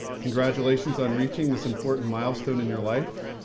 congratulations on reaching this important milestone in your life.